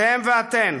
אתם ואתן,